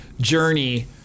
journey